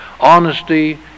Honesty